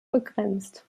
begrenzt